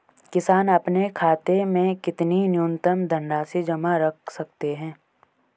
किसान अपने खाते में कितनी न्यूनतम धनराशि जमा रख सकते हैं?